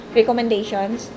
recommendations